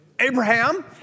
Abraham